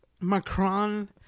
Macron